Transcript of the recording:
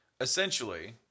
essentially